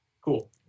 Cool